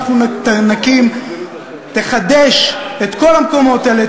הרשות להתחדשות עירונית שאנחנו נקים תחדש את כל המקומות האלה,